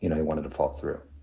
you know i wanted to follow through